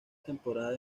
temporada